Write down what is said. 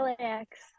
lax